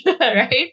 right